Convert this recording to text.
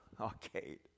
arcade